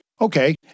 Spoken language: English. Okay